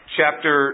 chapter